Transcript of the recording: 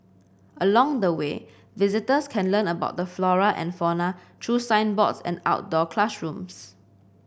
along the way visitors can learn about the flora and fauna through signboards and outdoor classrooms